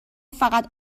فقط